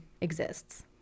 exists